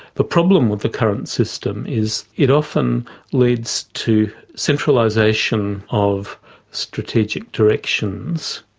the problem with the current system is it often leads to centralisation of strategic directions,